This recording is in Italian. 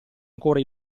ancora